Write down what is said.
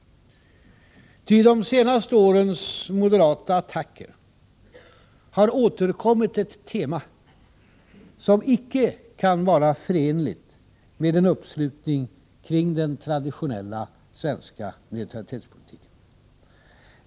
I de senaste årens moderata attacker har återkommit ett tema, som icke kan vara förenligt med en uppslutning kring den traditionella svenska neutralitetspolitiken.